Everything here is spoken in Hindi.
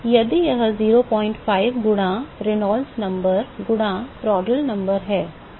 यदि यह 005 गुना रेनॉल्ड्स संख्या गुणा प्रांटल संख्या है